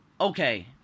okay